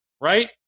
right